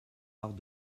arts